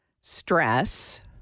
stress